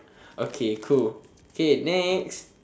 okay cool okay next